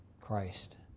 Christ